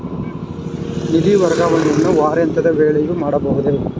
ನಿಧಿ ವರ್ಗಾವಣೆಯನ್ನು ವಾರಾಂತ್ಯದ ವೇಳೆಯೂ ಮಾಡಬಹುದೇ?